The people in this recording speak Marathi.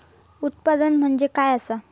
उत्पादन म्हणजे काय असा?